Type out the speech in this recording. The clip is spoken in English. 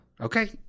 Okay